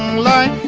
la